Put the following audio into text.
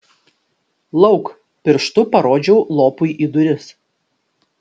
lauk pirštu parodžiau lopui į duris